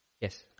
Yes